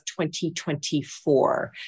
2024